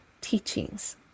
teachings